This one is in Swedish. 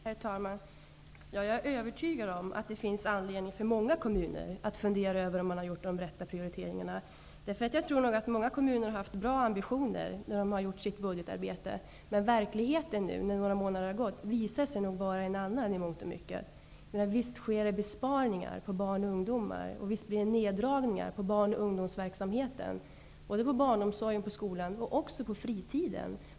Herr talman! Jag är övertygad om att det finns anledning för många kommuner att fundera över om de har gjort de rätta prioriteringarna. Jag tycker att många kommuner har haft bra ambitioner i sitt budgetarbete. Men verkligheten efter några månader visar sig i mångt och mycket vara en annan. Visst sker det besparingar när det gäller barn och ungdomar. Visst blir det neddragningar på barnoch ungdomsverksamheten. Det gäller barnomsorgen, skolan och fritiden.